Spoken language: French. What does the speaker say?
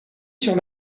sur